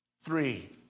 Three